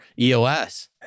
EOS